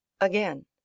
Again